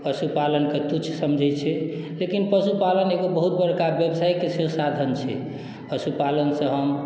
पशुपालनकेँ तुच्छ समझैत छै लेकिन पशुपालन एगो बहुत बड़का व्यवसायके से साधन छै पशुपालनसँ हम